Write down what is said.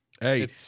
Hey